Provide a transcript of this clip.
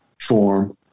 form